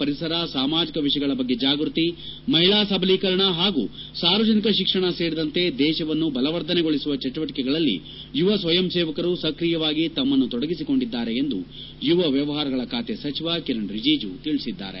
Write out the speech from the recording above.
ಪರಿಸರ ಸಾಮಾಜಿಕ ವಿಷಯಗಳ ಬಗ್ಗೆ ಜಾಗ್ಬತಿ ಮಹಿಳಾ ಸಬಲೀಕರಣ ಹಾಗೂ ಸಾರ್ವಜನಿಕ ಶಿಕ್ಷಣ ಸೇರಿದಂತೆ ದೇಶವನ್ನು ಬಲವರ್ಧನೆಗೊಳಿಸುವ ಚಟುವಟಿಕೆಗಳಲ್ಲಿ ಯುವ ಸ್ನಯಂಸೇವಕರು ಸಕ್ರಿಯವಾಗಿ ತಮ್ನನ್ನು ತೊಡಗಿಸಿಕೊಂಡಿದ್ದಾರೆ ಎಂದು ಯುವ ವ್ಯವಹಾರಗಳ ಖಾತೆ ಸಚಿವ ಕಿರಣ್ ರಿಜಿಜು ತಿಳಿಸಿದ್ದಾರೆ